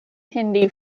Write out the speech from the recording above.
hindi